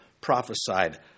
prophesied